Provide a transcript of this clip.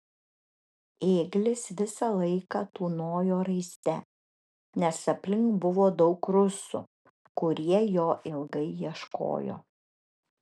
ėglis visą laiką tūnojo raiste nes aplink buvo daug rusų kurie jo ilgai ieškojo